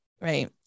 right